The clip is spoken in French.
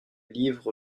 livre